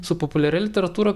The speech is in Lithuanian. su populiaria literatūra